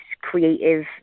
creative